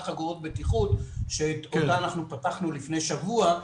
חגורות בטיחות שאותה פתחנו לפני שבוע,